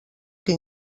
que